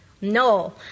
No